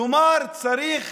כלומר, צריך